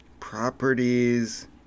Properties